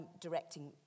directing